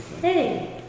Hey